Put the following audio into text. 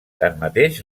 tanmateix